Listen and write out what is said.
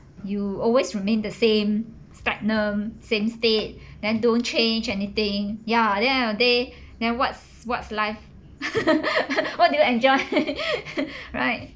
you always remain the same stagnant same state then don't change anything ya then end of the day then what's what's life what do you enjoy right